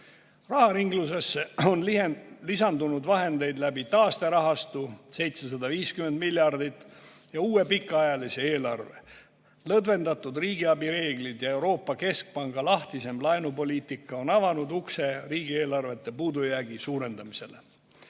Raharinglusesse on lisandunud vahendeid läbi taasterahastu – 750 miljardit – ja läbi uue pikaajalise eelarve. Lõdvendatud riigiabi reeglid ja Euroopa Keskpanga lahtisem laenupoliitika on avanud ukse riigieelarvete puudujäägi suurendamisele.